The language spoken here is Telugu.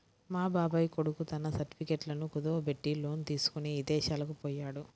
మా బాబాయ్ కొడుకు తన సర్టిఫికెట్లను కుదువబెట్టి లోను తీసుకొని ఇదేశాలకు పొయ్యాడు